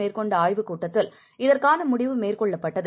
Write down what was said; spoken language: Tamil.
மேற்கொண்டஆய்வுக்கூட்டத்தில் இதற்கானமுடிவு மேற்கொள்ளப்பட்டது